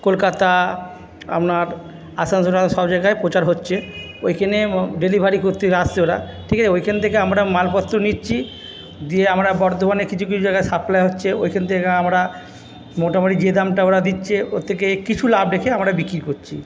কলকাতা আপনার আসানসোল সব জায়গায় প্রচার হচ্ছে ওইখানে ডেলিভারি করতে আসছে ওরা ঠিক আছে ওইখান থেকে আমরা মালপত্র নিচ্ছি দিয়ে আমরা বর্ধমানে কিছু কিছু জায়গায় সাপ্লাই হচ্ছে ওইখান থেকে আমরা মোটামোটি যে দামটা ওরা দিচ্ছে ওর থেকে কিছু লাভ রেখে আমরা বিক্রি করছি